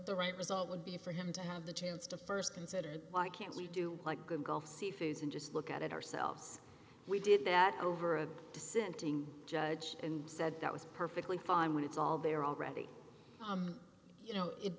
right result would be for him to have the chance to first consider why can't we do like good gulf seafood and just look at it ourselves we did that over a dissenting judge and said that was perfectly fine when it's all there already you know it